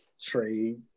trade